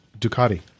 Ducati